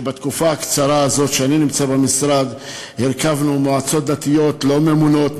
שבתקופה הקצרה הזאת שאני נמצא במשרד הרכבנו מועצות דתיות לא ממונות,